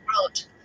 world